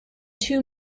two